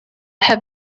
have